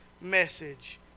message